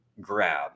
grab